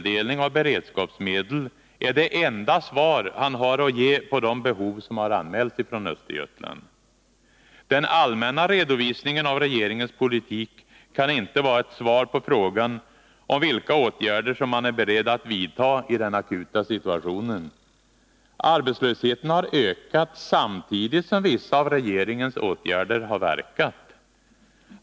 Den allmänna redovisningen av regeringens politik kan inte vara ett svar på frågan om vilka åtgärder man är beredd att vidta i den akuta situationen. Arbetslösheten har ökat, samtidigt som vissa av regeringens åtgärder verkat.